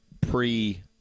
pre